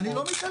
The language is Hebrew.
אני לא מתעלם.